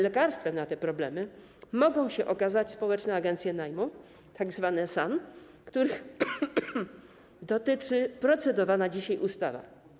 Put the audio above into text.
Lekarstwem na te problemy mogą się okazać społeczne agencje najmu, tzw. SAN, których dotyczy procedowana dzisiaj ustawa.